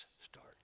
start